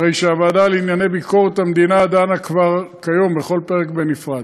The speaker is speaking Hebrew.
הרי שהוועדה לענייני ביקורת המדינה דנה כבר כיום בכל פרק בנפרד.